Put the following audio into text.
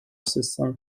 system